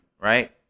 right